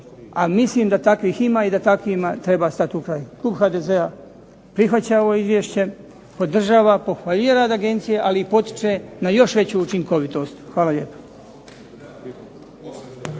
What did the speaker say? A mislim da takvih ima i da takvima treba stati u kraj. Klub HDZ-a prihvaća ovo izvješće, pohvaljuje rad agencije, ali potiče na još veću učinkovitost. Hvala lijepa.